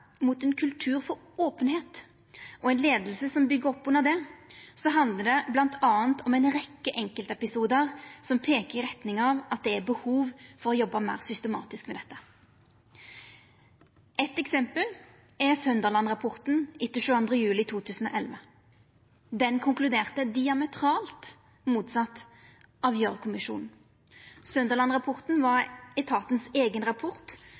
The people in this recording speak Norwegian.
mot ein kultur for openheit og ei leiing som byggjer opp under det, handlar det bl.a. om ei rekkje enkeltepisodar som peikar i retning av at det er behov for å jobba meir systematisk med dette. Eit eksempel er Sønderland-rapporten etter 22. juli 2011. Den konkluderte diametralt motsett av Gjørv-kommisjonen. Sønderland-rapporten var etatens eigen rapport,